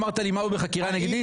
אמרת לי שהוא לא בחקירה נגדית.